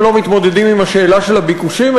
לא מתמודדים עם השאלה של הביקושים,